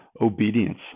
obedience